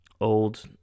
old